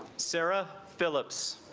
sarah phillips